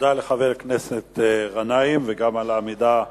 תודה לחבר הכנסת גנאים, גם על העמידה בזמנים.